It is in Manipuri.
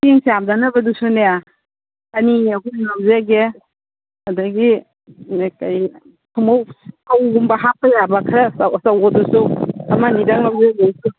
ꯆꯦꯡ ꯆꯥꯝꯅꯕꯗꯨꯁꯨꯅꯦ ꯑꯅꯤ ꯑꯍꯨꯝ ꯂꯧꯖꯒꯦ ꯑꯗꯒꯤ ꯀꯔꯤ ꯊꯨꯝꯃꯣꯛ ꯐꯧꯒꯨꯝꯕ ꯍꯥꯞꯄ ꯌꯥꯕ ꯈꯔ ꯑꯆꯧꯕꯗꯨꯁꯨ ꯑꯃꯅꯤꯗꯪ ꯂꯧꯖꯒꯦ ꯏꯆꯦ